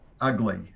ugly